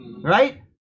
right